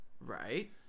Right